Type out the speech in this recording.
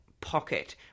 pocket